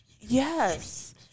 yes